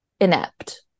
inept